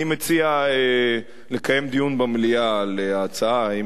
אני מציע לקיים דיון במליאה על ההצעה,